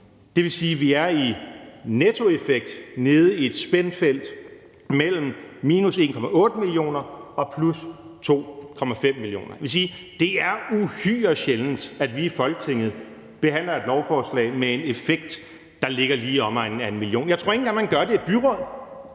Det vil sige, at vi i nettoeffekt er nede i spændet mellem minus 1,8 mio. kr. og plus 2,5 mio. kr. Jeg vil sige, at det er uhyre sjældent, at vi i Folketinget behandler et lovforslag med en effekt, der ligger lige i omegnen af 1 mio. kr. Jeg tror ikke engang, at man gør det i byråd